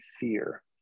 fear